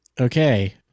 Okay